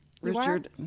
Richard